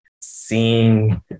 seeing